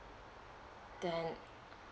then